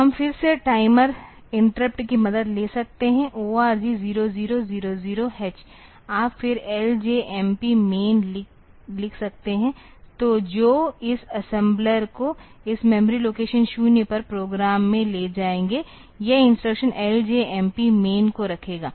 तो हम फिर से टाइमर इंटरप्ट की मदद ले सकते हैं ORG 0000 H आप फिर LJMP मैन लिख सकते हैं तो जो इस असेम्बलर को इस मेमोरी लोकेशन 0 पर प्रोग्राम में ले जाएगा यह इंस्ट्रक्शन LJMP मैन को रखेगा